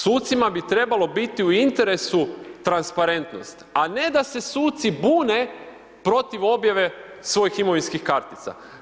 Sucima bi trebalo biti u interesu transparentnost a ne da se suci bune protiv objave svojih imovinskih kartica.